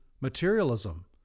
materialism